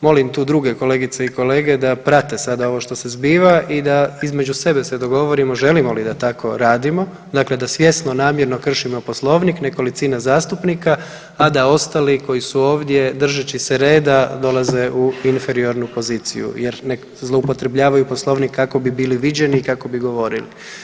Molim tu druge kolegice i kolege da prate sada ovo što se zbiva i da između sebe se dogovorimo želimo li da tako radimo, dakle da svjesno namjerno kršimo Poslovnik, nekolicina zastupnika, a da ostali koji se ovdje držeći se reda dolaze u inferiornu poziciju jer zloupotrebljavaju poslovnik kako bi bili viđeni i kako bi govorili.